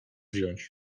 wziąć